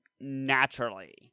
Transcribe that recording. naturally